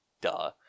Duh